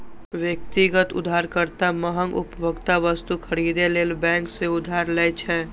व्यक्तिगत उधारकर्ता महग उपभोक्ता वस्तु खरीदै लेल बैंक सं उधार लै छै